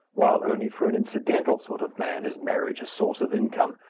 while only for an incidental sort of man is marriage a source of income,